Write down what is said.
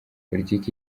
politiki